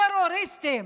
טרוריסטים.